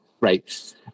right